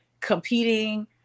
competing